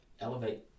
elevate